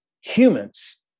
humans